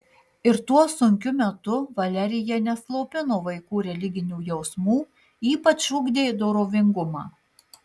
ir tuo sunkiu metu valerija neslopino vaikų religinių jausmų ypač ugdė dorovingumą